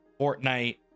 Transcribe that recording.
Fortnite